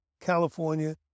California